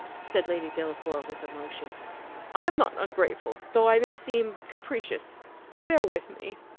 said lady delacour, with emotion i am not ungrateful, though i may seem capricious bear with me.